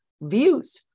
views